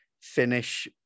finish